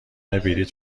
بلیت